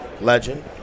legend